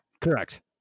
correct